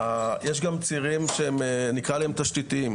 יש גם צירים שנקרא להם תשתיתיים.